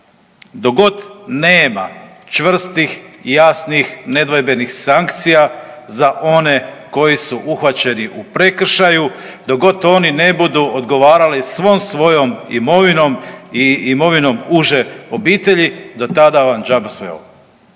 god nema čvrstih, jasnih i nedvojbenih sankcija za one koji su uhvaćeni u prekršaju, dok god oni ne budu odgovarali svom svojom imovinom i imovinom uže obitelji do tada vam džaba sve